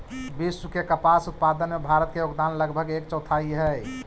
विश्व के कपास उत्पादन में भारत के योगदान लगभग एक चौथाई हइ